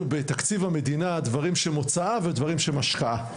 בתקציב המדינה דברים שהם הוצאה ודברים שהם השקעה,